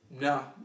No